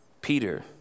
Peter